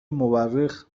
مورخ